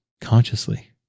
consciously